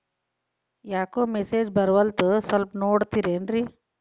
ಯಾಕೊ ಮೆಸೇಜ್ ಬರ್ವಲ್ತು ಸ್ವಲ್ಪ ನೋಡ್ತಿರೇನ್ರಿ?